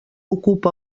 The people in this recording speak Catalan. ocupa